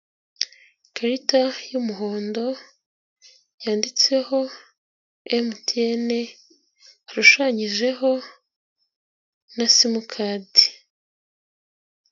Ikarita y'umuhondo yanditseho MTN, hashushanyijeho na simukadi.